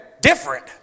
different